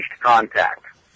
contact